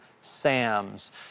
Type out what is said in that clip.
Sam's